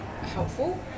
helpful